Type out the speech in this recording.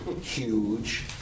huge